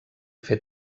fer